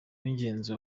w’ingenzi